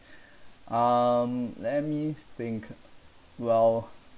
um let me think well